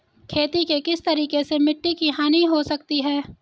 खेती के किस तरीके से मिट्टी की हानि हो सकती है?